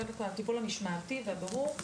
קודם כל הטיפול המשמעתי והבירור,